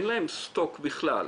אין להם סטוק בכלל.